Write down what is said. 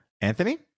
Anthony